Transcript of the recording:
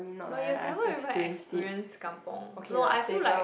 but you've never even experience kampung no I feel like